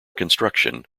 construction